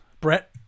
Brett